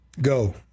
go